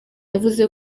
yavuze